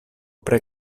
pre